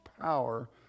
power